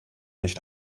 nicht